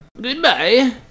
Goodbye